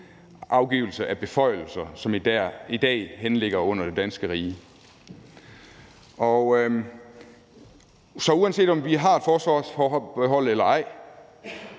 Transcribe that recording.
afgivelse af beføjelser, som i dag henligger under det danske rige. Så uanset om vi har et forsvarsforbehold eller ej,